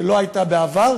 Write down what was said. שלא הייתה בעבר,